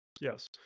Yes